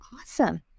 awesome